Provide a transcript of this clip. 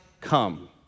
come